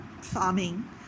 farming